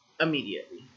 immediately